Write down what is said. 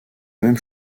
même